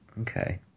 okay